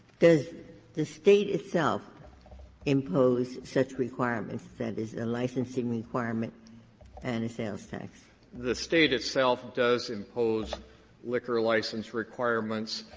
does the state itself impose such requirements, that is, a licensing requirement and a sales tax? smith the state itself does impose liquor license requirements.